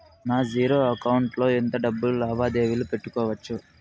నా zero account లో ఎంత డబ్బులు లావాదేవీలు పెట్టుకోవచ్చు?